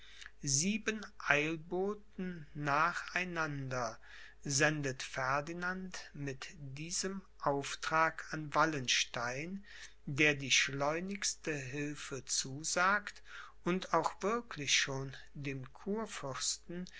eilboten nach einander sendet ferdinand mit diesem auftrag an wallenstein der die schleunigste hilfe zusagt und auch wirklich schon dem